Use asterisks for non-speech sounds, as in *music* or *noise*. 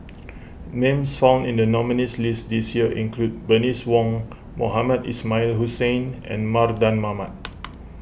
*noise* names found in the nominees' list this year include Bernice Wong Mohamed Ismail Hussain and Mardan Mamat